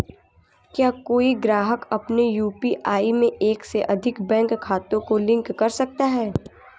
क्या कोई ग्राहक अपने यू.पी.आई में एक से अधिक बैंक खातों को लिंक कर सकता है?